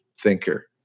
thinker